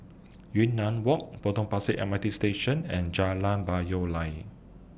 Yunnan Walk Potong Pasir M R T Station and Jalan Payoh Lai